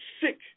sick